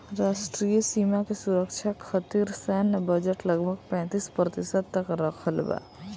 राष्ट्रीय सीमा के सुरक्षा खतिर सैन्य बजट लगभग पैंतीस प्रतिशत तक रखल बा